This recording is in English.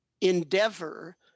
endeavor